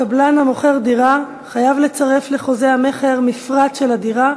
קבלן המוכר דירה חייב לצרף לחוזה המכר מפרט של הדירה,